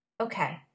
Okay